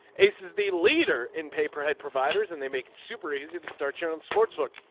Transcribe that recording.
ace is the leader in pay per head providers and they make it super easy to start your own sportsbook.